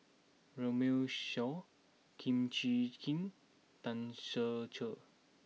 Runme Shaw Kim Chee Kin Tan Ser Cher